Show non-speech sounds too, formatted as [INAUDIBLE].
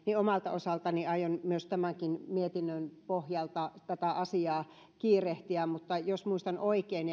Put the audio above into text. omalta osaltani aion tämänkin mietinnön pohjalta tätä asiaa kiirehtiä jos muistan oikein [UNINTELLIGIBLE]